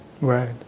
Right